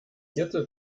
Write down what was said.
hierzu